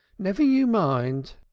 never you mind.